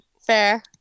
Fair